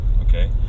okay